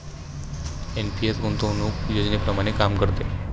NPS गुंतवणूक योजनेप्रमाणे काम करते